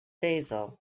basel